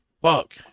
fuck